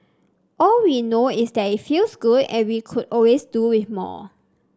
all we know is that it feels good and we could always do with more